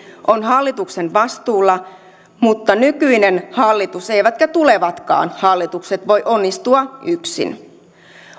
on hallituksen vastuulla mutta ei nykyinen hallitus eivätkä tulevatkaan hallitukset voi onnistua yksin